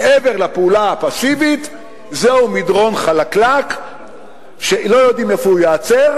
מעבר לפעולה הפסיבית זהו מדרון חלקלק שלא יודעים איפה הוא ייעצר,